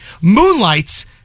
moonlights